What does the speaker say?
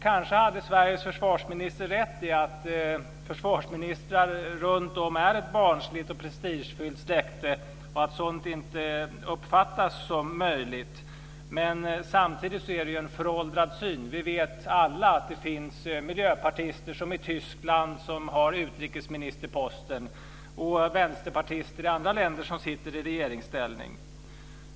Kanske hade Sveriges försvarsminister rätt i att försvarsministrar runtom är ett barnsligt och prestigefyllt släkte och att sådant inte uppfattas som möjligt. Men samtidigt är det ju en föråldrad syn. Vi vet alla att det finns miljöpartister på utrikesministerposter, t.ex. i Tyskland, och även vänsterpartister som sitter i regeringsställning i andra länder.